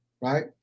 right